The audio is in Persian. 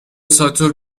ساتور